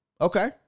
Okay